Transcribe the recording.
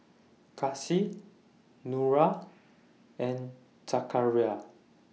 Kasih Nura and Zakaria